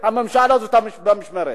הממשלה הזאת, במשמרת.